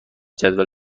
جدول